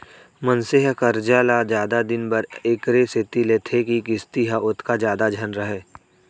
मनसे ह करजा ल जादा दिन बर एकरे सेती लेथे के किस्ती ह ओतका जादा झन रहय